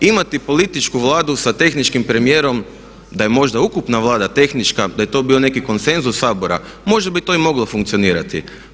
Imati političku Vladu sa tehničkim premijerom, da je možda ukupna Vlada tehnička, da je to bio neki konsenzus Sabora, možda bi to i moglo funkcionirati.